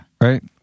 Right